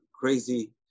crazy